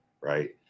right